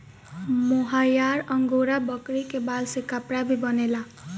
मोहायर angora बकरी के बाल से कपड़ा भी बनेला